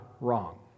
wrong